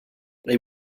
they